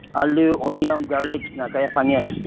ꯑꯥꯜꯂꯨ ꯑꯣꯅꯤꯌꯣꯟ ꯒꯥꯔꯂꯤꯛꯁꯅ ꯀꯌꯥ ꯐꯪꯉꯦ